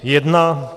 1.